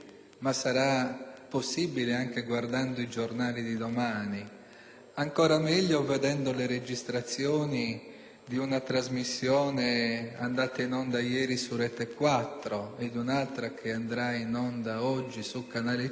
di una trasmissione andata in onda ieri su "Rete4" e quelle di un'altra che andrà in onda oggi su "Canale5", per rendersi conto di quale tasso di impudenza, di arroganza